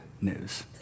news